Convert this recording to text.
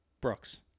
brooks